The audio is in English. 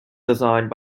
designed